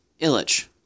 Illich